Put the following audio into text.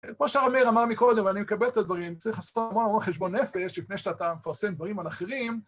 כמו שהאומר, אמר מקודם, אני מקבל את הדברים, צריך לעשות המון המון חשבון נפש לפני שאתה מפרסם דברים על אחרים.